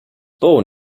born